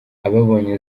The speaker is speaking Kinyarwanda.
ababonye